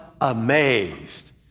amazed